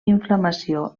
inflamació